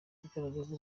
igaragaza